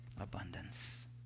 abundance